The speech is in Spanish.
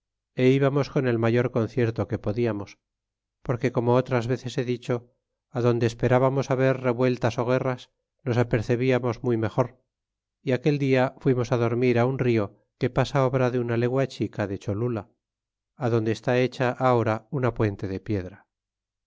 cholula íbamos con el mayor concierto que podiamos porque como otras veces he dicho adonde esperábamos haber revueltas guerras nos apercebiamos muy mejor é aquel dia fuimos á dormir un rio que pasa obra de una legua chica de cholula adonde está hecha ahora una puente de piedra